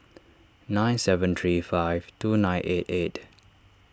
nine seven three five two nine eight eight